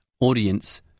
audience